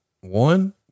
one